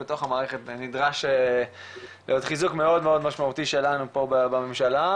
ובתוך המערכת נדרש חיזוק מאוד משמעותי שלנו פה בממשלה.